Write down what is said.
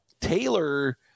Taylor